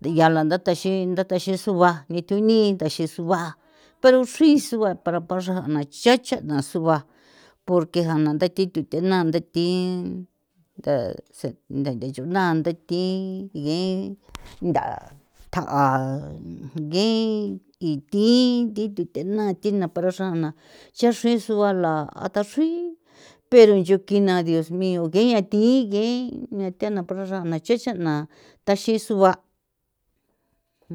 ndeya la ntha thexin ntha texin sua nii thu ni taxin sua pero chrui sua para na cha cha na sua porque jana ntha thi thuthe naa nthe thi nda se nda nde chuna ndathi gi nda ta'a ngi y thi thi thute naa thi naa para xraa na chrexe suala a thaxri pero yoki na dios mio nguia thi ge nthia thana nbaxra xaona chuxena thaxi suba'.